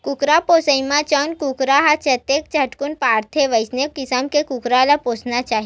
कुकरा पोसइ म जउन कुकरा ह जतके झटकुन बाड़थे वइसन किसम के कुकरा ल पोसना चाही